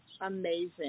amazing